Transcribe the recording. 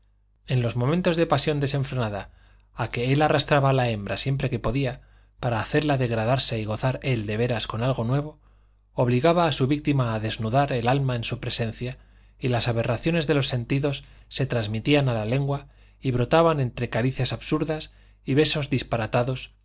en los momentos de pasión desenfrenada a que él arrastraba a la hembra siempre que podía para hacerla degradarse y gozar él de veras con algo nuevo obligaba a su víctima a desnudar el alma en su presencia y las aberraciones de los sentidos se transmitían a la lengua y brotaban entre caricias absurdas y besos disparatados